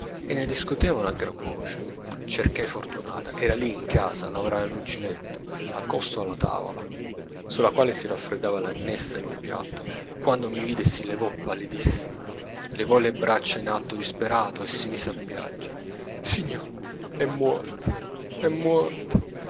e ne discutevano a gran voce cercai fortunata era lì in casa a lavorare all'uncinetto accosto alla tavola sulla quale si raffreddava la minestra in un piatto quando mi vide si levò pallidissima levò le braccia in atto disperato e si mise a piangere signo è muorto è muorto